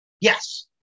Yes